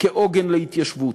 כעוגן להתיישבות.